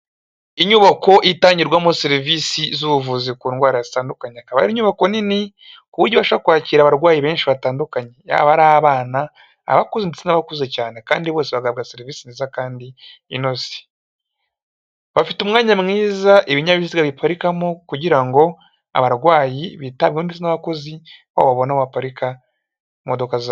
Inyubako itangirwamo serivisi z'ubuvuzi ku ndwara zitandukanye, akaba ari inyubako nini ku buryo bashobora kwakira abarwayi benshi batandukanye, yaba ari abana, abakuke, n'abakuze cyane, kandi bose bahabwa serivisi nziza kandi bafite umwanya mwiza ibinyabiziga biparikamo kugira ngo abarwayi bitabweho, n'abakozi babo babone aho baparika imodoka zabo.